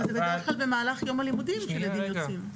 אבל זה בדרך כלל במהלך יום הלימודים שילדים יוצאים.